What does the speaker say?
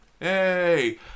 hey